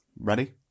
Ready